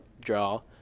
draw